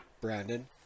Brandon